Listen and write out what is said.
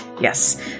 Yes